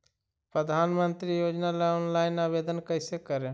प्रधानमंत्री योजना ला ऑनलाइन आवेदन कैसे करे?